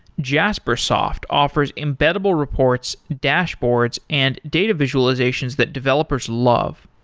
jaspersoft offers embeddable reports, dashboards and data visualizations that developers love.